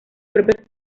propios